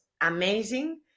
amazing